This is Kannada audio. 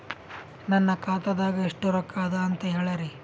ನನ್ನ ಖಾತಾದಾಗ ಎಷ್ಟ ರೊಕ್ಕ ಅದ ಅಂತ ಹೇಳರಿ?